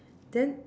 then